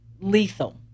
lethal